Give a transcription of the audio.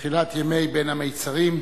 תחילת ימי בין המצרים,